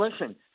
listen